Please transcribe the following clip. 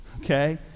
Okay